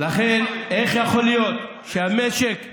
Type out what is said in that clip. לכן איך יכול להיות שהמשק בקשיים,